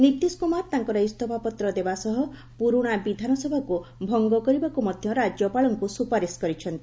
ନିତିଶ କୁମାର ତାଙ୍କର ଇସ୍ତଫାପତ୍ର ଦେବା ସହ ପୁରୁଣା ବିଧାନସଭାକୁ ଭଙ୍ଗ କରିବାକୁ ମଧ୍ୟ ରାଜ୍ୟପାଳଙ୍କୁ ସୁପାରିଶ କରିଛନ୍ତି